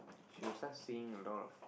she will start seeing a lot of